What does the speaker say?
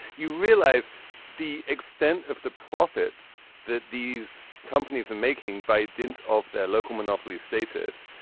you realize the extent of the profits that these companies are making by dint of their local monopoly status.